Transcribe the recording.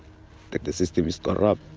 like the system is corrupt.